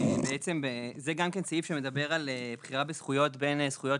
גם זה סעיף שמדבר על בחירה בזכויות בין זכויות